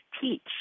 teach